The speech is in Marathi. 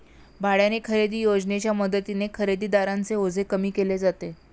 भाड्याने खरेदी योजनेच्या मदतीने खरेदीदारांचे ओझे कमी केले जाते